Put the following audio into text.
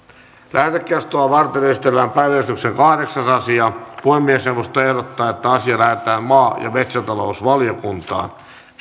lähetekeskustelua varten esitellään päiväjärjestyksen kahdeksas asia puhemiesneuvosto ehdottaa että asia lähetetään maa ja metsätalousvaliokuntaan